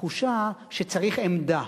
התחושה שצריך עמדה.